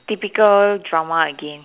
typical drama again